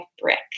brick